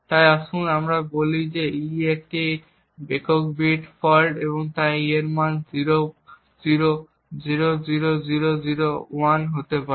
তাই আসুন আমরা বলি যে e একটি একক বিট ফল্ট এবং তাই e এর মান 00000001 হতে পারে